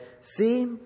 See